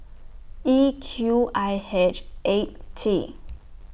E Q I H eight T